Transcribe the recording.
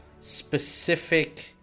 specific